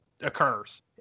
occurs